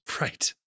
Right